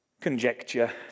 conjecture